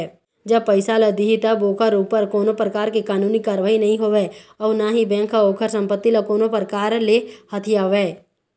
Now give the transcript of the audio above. जब पइसा ल दिही तब ओखर ऊपर कोनो परकार ले कानूनी कारवाही नई होवय अउ ना ही बेंक ह ओखर संपत्ति ल कोनो परकार ले हथियावय